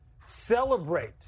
celebrate